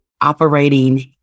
operating